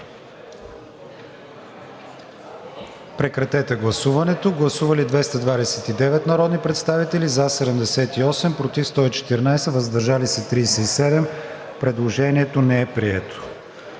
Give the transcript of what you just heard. прегласуване. Гласували 223 народни представители: за 51, против 44, въздържали се 128. Предложението не е прието.